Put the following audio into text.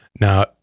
Now